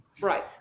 Right